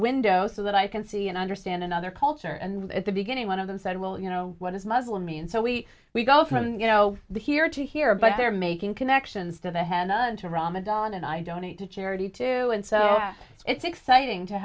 window so that i can see and understand another culture and at the beginning one of them said well you know what is muslim me and so we we go from you know the here to here but they're making connections to the head to ramadan and i donate to charity too and so it's exciting to